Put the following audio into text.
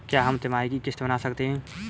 क्या हम तिमाही की किस्त बना सकते हैं?